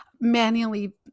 manually